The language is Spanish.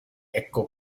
echo